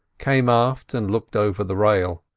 came aft and looked over the rail.